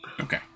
Okay